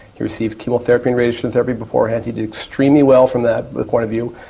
he received chemotherapy and radiation therapy beforehand, he did extremely well from that point of view.